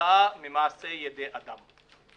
כתוצאה ממעשי ידי אדם.